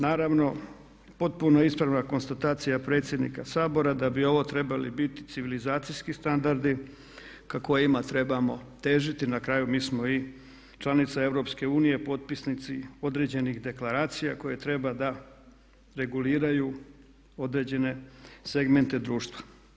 Naravno, potpuno je ispravna konstatacija predsjednika Sabora da bi ovo trebali biti civilizacijski standardi kojima trebamo težiti, na kraju mi smo i članica EU, potpisnici određenih deklaracija koje treba da reguliraju određene segmente društva.